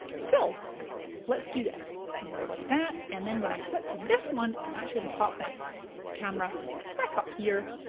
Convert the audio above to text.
so let's do this. gonna go like that, and then when i flip to this one, i'm actually gonna pop my camera back up here,